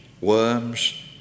worms